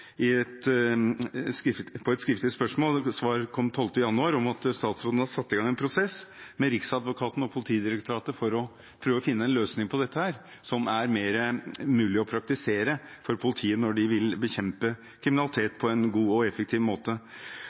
januar at hun har satt i gang en prosess med Riksadvokaten og Politidirektoratet for å prøve å finne en løsning på dette som er mer mulig å praktisere for politiet når de vil bekjempe kriminalitet på en god og effektiv måte.